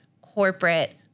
corporate